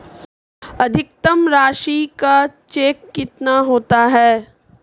अधिकतम राशि का चेक कितना होता है?